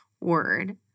word